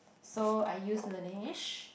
so I use Laneige